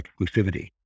exclusivity